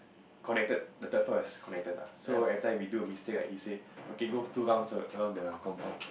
connected the third floor is connected lah so every time we do a mistake right he say okay go two rounds around the compound